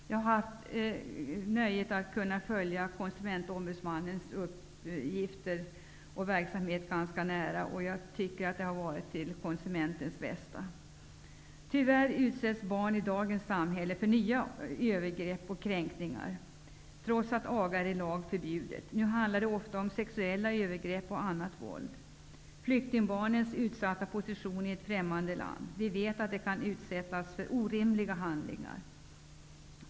Jag har haft nöjet att kunna följa Konsumentombudsmannens uppgifter och verksamhet ganska nära, och jag tycker att den institutionen har varit till konsumentens bästa. Tyvärr utsätts barn i dagens samhälle för nya övergrepp och kränkningar, trots att aga är i lag förbjudet. Nu handlar det ofta om sexuella övergrepp och annat våld och om flyktingbarnens utsatta position i ett främmande land -- vi vet att de kan utsättas för orimliga handlingar.